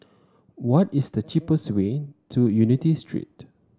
what is the cheapest way to Unity Street